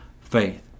faith